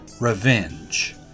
revenge